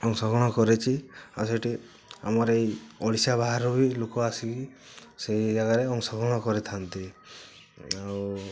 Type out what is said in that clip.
ଅଂଶଗ୍ରହଣ କରିଛି ଆଉ ସେଠି ଆମର ଏଇ ଓଡ଼ିଶା ବାହାରୁ ବି ଲୋକ ଆସିକି ସେଇ ଜାଗାରେ ଅଂଶଗ୍ରହଣ କରିଥାଆନ୍ତି ଆଉ